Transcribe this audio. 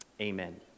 Amen